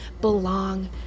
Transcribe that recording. belong